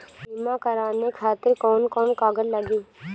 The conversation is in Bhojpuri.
बीमा कराने खातिर कौन कौन कागज लागी?